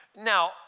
Now